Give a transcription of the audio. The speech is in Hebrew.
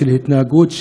של התנהגות,